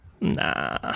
nah